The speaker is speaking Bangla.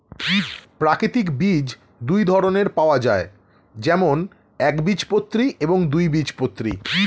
প্রাকৃতিক বীজ দুই ধরনের পাওয়া যায়, যেমন একবীজপত্রী এবং দুই বীজপত্রী